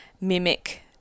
mimic